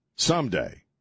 Someday